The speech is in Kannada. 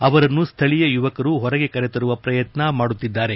ಅವರನ್ನು ಸ್ಥಳಿಯ ಯುವಕರು ಹೊರಗೆ ಕರೆತರುವ ಪ್ರಯತ್ನ ಮಾಡುತ್ತಿದ್ದಾರೆ